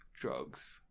drugs